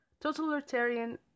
totalitarian